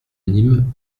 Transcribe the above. nîmes